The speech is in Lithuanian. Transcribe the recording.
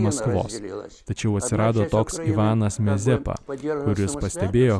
maskvos tačiau atsirado toks ivanas mazepa kuris pastebėjo